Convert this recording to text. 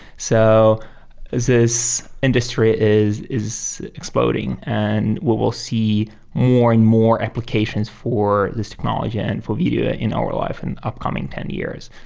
so this industry is is exploding and we will see more and more applications for this technology and for video in our live in upcoming ten years.